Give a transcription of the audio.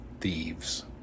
thieves